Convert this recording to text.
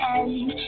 end